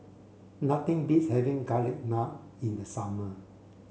nothing beats having garlic naan in the summer